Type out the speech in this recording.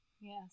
yes